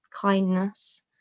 kindness